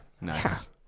Nice